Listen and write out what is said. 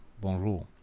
Bonjour